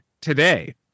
today